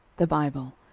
the bible,